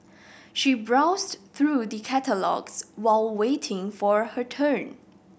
she browsed through the catalogues while waiting for her turn